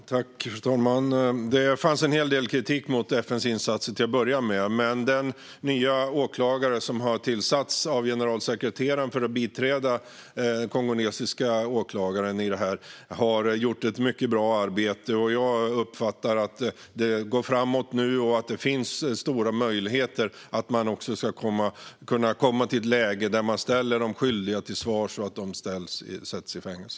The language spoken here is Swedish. Fru talman! Det fanns en hel del kritik mot FN:s insatser till att börja med, men den nya åklagare som har tillsatts av generalsekreteraren för att biträda den kongolesiska åklagaren har gjort ett mycket bra arbete. Jag uppfattar att det går framåt nu och att det finns stora möjligheter att man kan komma till ett läge där man ställer de skyldiga till svars och sätter dem i fängelse.